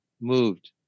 moved